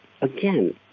again